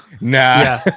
nah